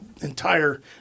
entire